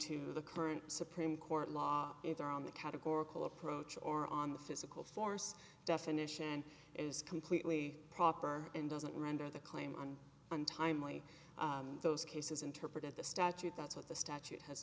to the current supreme court law either on the categorical approach or on the physical force definition is completely proper and doesn't render the claim on untimely those cases interpreted the statute that's what the statute has